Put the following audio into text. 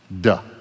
Duh